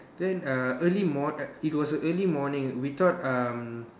then uh early morn~ uh it was a early morning we thought um